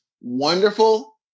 Wonderful